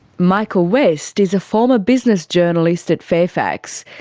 michael west is a former business journalist at fairfax.